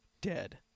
dead